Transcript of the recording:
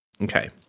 Okay